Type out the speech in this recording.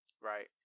right